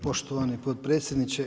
Poštovani potpredsjedniče.